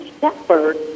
shepherd